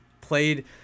played